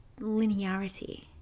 linearity